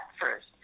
first